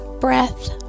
breath